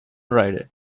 rider